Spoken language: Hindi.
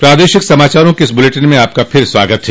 प्रादेशिक समाचारों के इस बुलेटिन में आपका फिर से स्वागत है